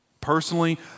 Personally